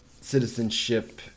citizenship